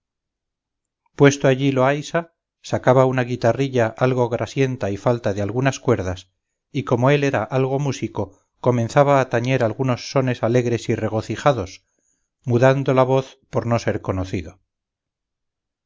puesto allí loaysa sacaba una guitarrilla algo grasienta y falta de algunas cuerdas y como él era algo músico comenzaba a tañer algunos sones alegres y regocijados mudando la voz por no ser conocido